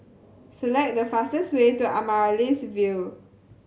select the fastest way to Amaryllis Ville